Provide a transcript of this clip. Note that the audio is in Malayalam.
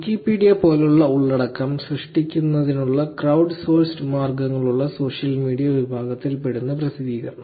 വിക്കിപീഡിയ പോലുള്ള ഉള്ളടക്കം സൃഷ്ടിക്കുന്നതിനുള്ള ക്രൌഡ് സോഴ്സ്ഡ് മാർഗ്ഗങ്ങളുള്ള സോഷ്യൽ മീഡിയ വിഭാഗത്തിൽ പെടുന്ന പ്രസിദ്ധീകരണം